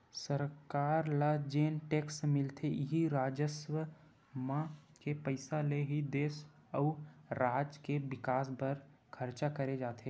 सरकार ल जेन टेक्स मिलथे इही राजस्व म के पइसा ले ही देस अउ राज के बिकास बर खरचा करे जाथे